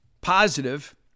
positive